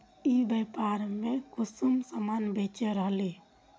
ई व्यापार में कुंसम सामान बेच रहली?